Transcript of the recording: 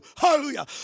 hallelujah